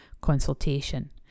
consultation